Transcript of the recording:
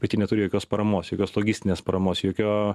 bet jie neturi jokios paramos jokios logistinės paramos jokio